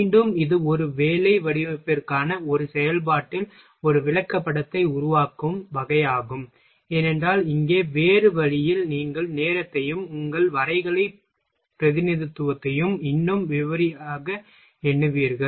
மீண்டும் இது ஒரு வேலை வடிவமைப்பிற்கான ஒரு செயல்பாட்டில் ஒரு விளக்கப்படத்தை உருவாக்கும் வகையாகும் ஏனென்றால் இங்கே வேறு வழியில் நீங்கள் நேரத்தையும் உங்கள் வரைகலைப் பிரதிநிதித்துவத்தையும் இன்னும் விரிவாக எண்ணுவீர்கள்